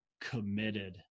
committed